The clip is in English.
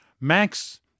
max